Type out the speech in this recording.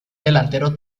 delantero